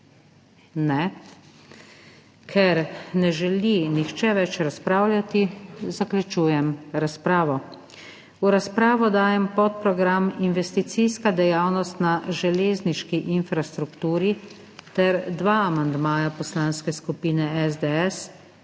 Ne. Ker ne želi nihče več razpravljati, zaključujem razpravo. V razpravo dajem podprogram Investicijska dejavnost na železniški infrastrukturi ter dva amandmaja Poslanske skupine SDS